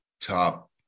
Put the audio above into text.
top